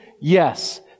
Yes